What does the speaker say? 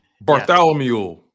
Bartholomew